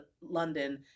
London